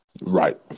Right